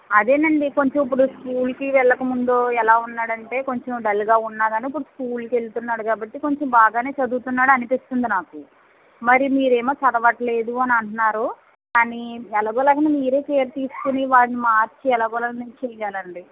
అదేనండి కొంచెం ఇప్పుడు స్కూల్కి వెళ్ళకముందో ఎలా ఉన్నాడంటే కొంచెం డల్గా ఉన్నా కాని ఇప్పుడు స్కూల్కి వెళ్తున్నాడు కాబట్టి కొంచెం బాగానే చదువుతున్నాడనిపిస్తుంది నాకు మరి మీరేమో చదవడం లేదు అనంటున్నారు కానీ ఎలాగోలాగనే మీరే కేర్ తీసుకుని వాడిని మార్చి ఎలాగోలా చెయ్యాలండి